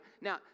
Now